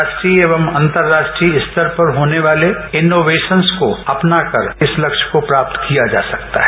राष्ट्रीय एवं अंतर्र्यष्ट्रीय स्तर पर होने वाले इनवेशंस को अपनाकर इस लक्ष्य को प्राप्त किया जा सकता है